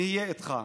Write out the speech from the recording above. נהיה איתך.